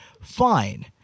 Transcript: fine